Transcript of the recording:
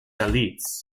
dalits